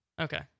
Okay